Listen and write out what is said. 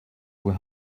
were